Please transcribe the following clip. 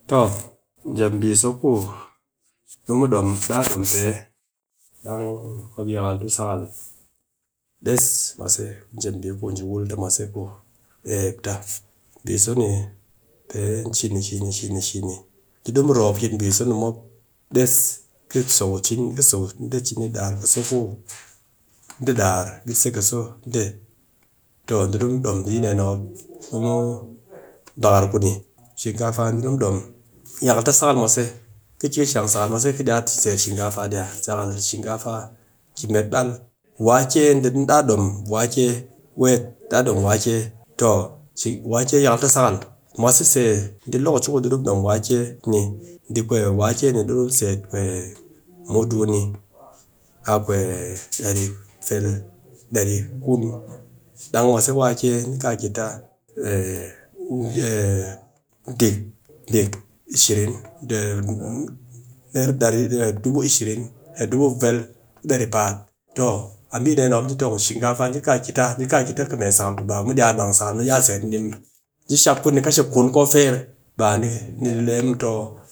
Toh, jep mbi si ku di mu dom, ɗaa dom pe, dang yakal taa ku sakal des mwase, jep mbi ku ji wul ta mwase ku ep ta, mbi so ni pe shini shini shini, dee ɗi mu ropp yit bii so ni mop des, ka so ku cini, ka so so ku cini, ɗaar ka so dee ɗaar, ɓitse ka so dee, toh dee ɗi mu ɗom mbi dee ni mop du mu ɓakar ku ni shinkafa ni du mu ɗom, yakal ta sakal mwase. Ka ki ka shang sakal mwase, ka iya seet shinkafa dia, sakal shinkafa ki met ɓal, wake ɗi daa dom wake weet, daa a dom wake, to wake yakal ta sakal, dɨ lokaci ku dee dɨ mu dom wake ɓe wake ni du mu seet mudu ni a dari, vel, dari nkun, dang mwase wake ni kaa ki ta ɗik, ɗik ishirin, dubu ashirin dubu vel ku dari paat, toh a mbi ɗee ni mop ni tong shinkafa ni ka ki ta, ni ka ki ki mee sakal ku ba mu iya mang sakal mu iya seet ni ɗi muw. Ni shap ku ni kashe kun ko feer, baa ni le muw toh